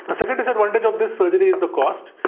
and second disadvantage of this surgery is the cost.